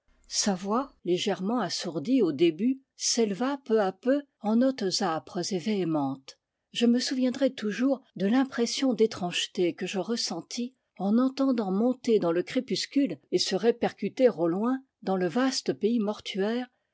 sa voix légèrement assourdie au début s'éleva peu à peu en notes âpres et véhémentes je me souviendrai toujours de l'impression d'étrangeté que je ressentis en entendant monter dans le crépuscule et se répercuter au loin dans le vaste pays mortuaire